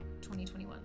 2021